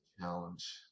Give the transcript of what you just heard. Challenge